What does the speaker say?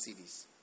CDs